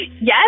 Yes